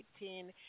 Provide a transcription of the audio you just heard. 2018